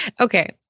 Okay